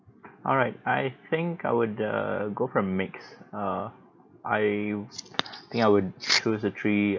alright I think I would err go for mix uh I think I would choose uh three